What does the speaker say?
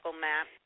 map